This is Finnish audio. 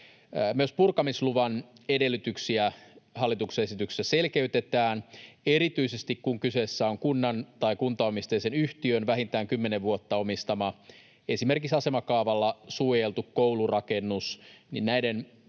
Myös purkamisluvan edellytyksiä hallituksen esityksessä selkeytetään, erityisesti kun kyseessä on kunnan tai kuntaomisteisen yhtiön vähintään kymmenen vuotta omistama, esimerkiksi asemakaavalla suojeltu koulurakennus.